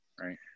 Right